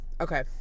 okay